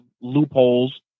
loopholes